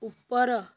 ଉପର